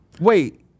Wait